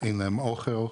אין להם אוכל,